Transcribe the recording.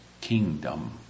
kingdom